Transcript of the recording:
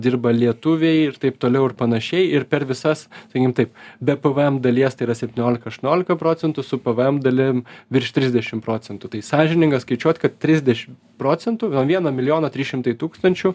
dirba lietuviai ir taip toliau ir panašiai ir per visas sakykim taip be pvm dalies tai yra septyniolika aštuoniolika procentų su pvm dalim virš trisdešim procentų tai sąžininga skaičiuot kad trisdešim procentų nuo vieno milijono trys šimtai tūkstančių